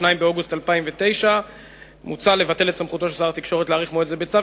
2 באוגוסט 2009. מוצע לבטל את סמכותו של שר התקשורת להאריך מועד זה בצו,